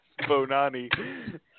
Bonani